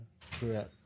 throughout